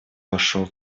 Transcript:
вошел